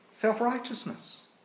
Self-righteousness